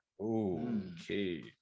Okay